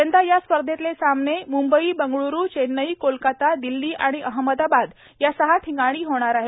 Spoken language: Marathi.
यंदा या स्पर्धेतले सामने मुंबई बंगळूर चेन्नई कोलकाता दिल्ली आणि अहमदाबाद या सहा ठिकाणी होणार आहेत